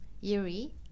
Yuri